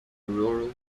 rural